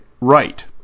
right